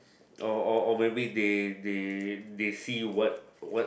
or or or maybe they they they see what what